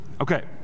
Okay